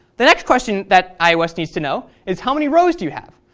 the next question that ios needs to know is how many rows do you have?